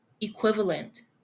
equivalent